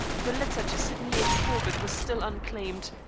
the letter to sydney h. corbett was still unclaimed,